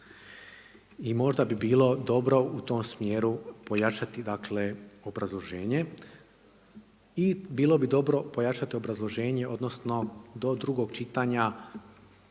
i možda bi bilo dobro u tom smjeru pojačati dakle obrazloženje i bilo bi dobro pojačati obrazloženje odnosno do drugog čitanja